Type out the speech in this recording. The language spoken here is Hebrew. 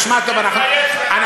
תתבייש לך, גזען